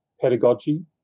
pedagogy